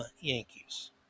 Yankees